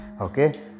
Okay